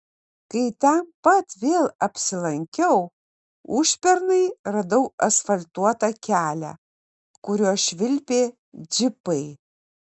kai ten pat vėl apsilankiau užpernai radau asfaltuotą kelią kuriuo švilpė džipai